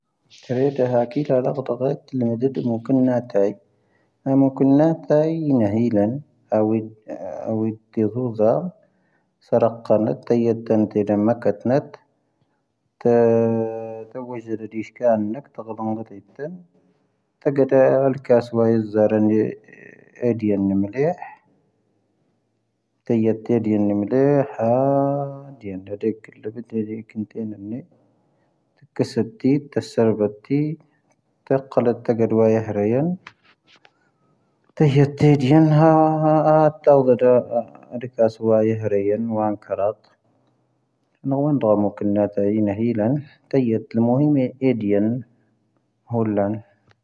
ⵀⴰⴰ. ⵀⴰⴰ. ⵀⵓⵍ.